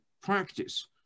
practice